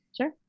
Sure